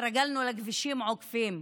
אנחנו התרגלנו לכבישים עוקפים,